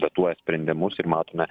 vetuoja sprendimus ir matome